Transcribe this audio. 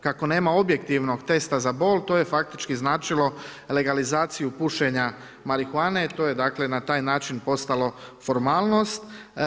Kako nema objektivnog testa za bol to je faktički značilo legalizaciju pušenja marihuane, to je dakle na taj način postalo formalnost.